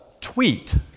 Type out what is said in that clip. tweet